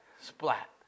Splat